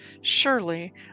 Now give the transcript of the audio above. Surely